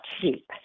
cheap